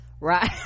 right